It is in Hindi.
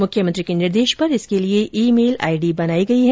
मुख्यमंत्री के निर्देश पर इसके लिए ई मेल आईडी बनाई गई है